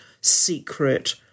secret